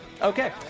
Okay